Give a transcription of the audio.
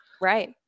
Right